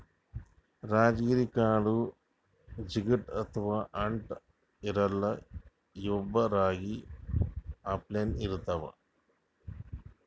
ರಾಜಗಿರಿ ಕಾಳ್ ಜಿಗಟ್ ಅಥವಾ ಅಂಟ್ ಇರಲ್ಲಾ ಇವ್ಬಿ ರಾಗಿ ಅಪ್ಲೆನೇ ಇರ್ತವ್